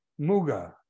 Muga